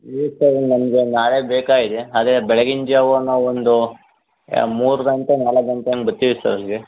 ಇದು ಸರ್ ನಮಗೆ ನಾಳೆ ಬೇಕಾಗಿದೆ ಅದೇ ಬೆಳಗಿನ ಜಾವನೆ ಒಂದು ಮೂರು ಗಂಟೆ ನಾಲ್ಕು ಗಂಟೆ ಹಂಗೆ ಬತ್ತಿವಿ ಸರ್ ಅಲ್ಲಿಗೆ